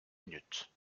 minutes